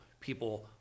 people